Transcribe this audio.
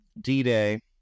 d-day